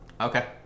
Okay